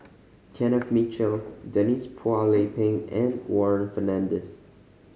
Kenneth Mitchell Denise Phua Lay Peng and Warren Fernandez